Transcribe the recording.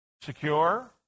Secure